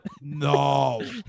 No